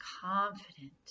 confident